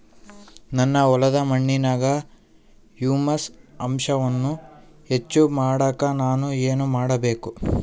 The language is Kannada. ನನ್ನ ಹೊಲದ ಮಣ್ಣಿನಾಗ ಹ್ಯೂಮಸ್ ಅಂಶವನ್ನ ಹೆಚ್ಚು ಮಾಡಾಕ ನಾನು ಏನು ಮಾಡಬೇಕು?